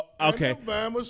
Okay